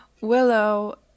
Willow